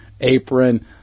apron